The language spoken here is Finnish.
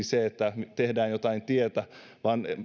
se että nyt tehdään jotain tietä vaan